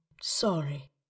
sorry